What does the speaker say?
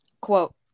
quote